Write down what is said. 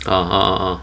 orh orh orh